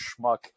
schmuck